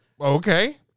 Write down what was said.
okay